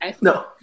No